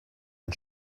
ein